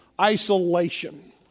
isolation